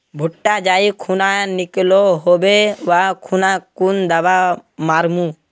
भुट्टा जाई खुना निकलो होबे वा खुना कुन दावा मार्मु?